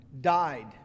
died